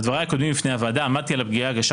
בדבריי הקודמים בפני הוועדה עמדתי על הפגיעה הקשה